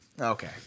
Okay